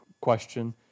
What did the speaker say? question